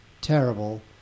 terrible